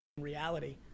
reality